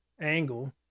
angle